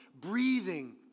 breathing